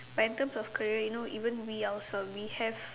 but in terms of career you know even we also we have